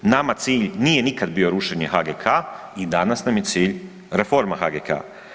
Nama cilj nije nikad bio rušenje HGK i danas nam je cilj reforma HGK.